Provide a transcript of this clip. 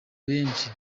benshi